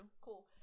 Cool